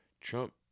Trump